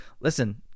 listen